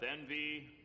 envy